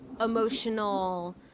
emotional